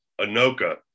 Anoka